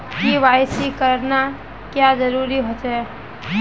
KYC करना क्याँ जरुरी होचे?